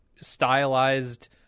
stylized